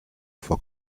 for